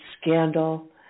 scandal